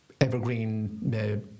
evergreen